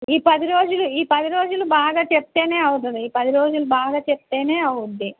ఈ పది రోజులు ఈ పది రోజులు బాగా చెప్తేనే అవుతుంది ఈ పది రోజులు బాగా చెప్తేనే అవుతుంది